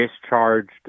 discharged